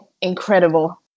incredible